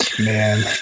man